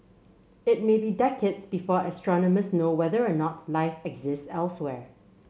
it may be decades before astronomers know whether or not life exists elsewhere